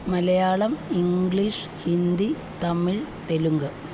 Malayalam English Hindi Tamil Telugu